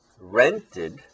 rented